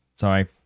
Sorry